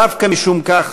דווקא משום כך,